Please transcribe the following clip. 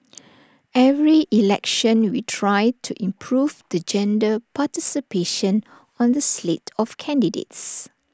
every election we try to improve the gender participation on the slate of candidates